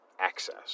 access